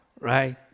right